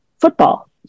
football